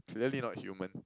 clearly not human